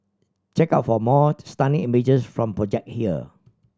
check out for more stunning images from the project here